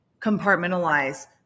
compartmentalize